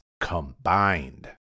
combined